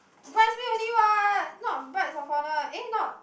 bridesmaid only what not bride of honour eh not